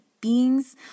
beings